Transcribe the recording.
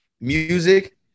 music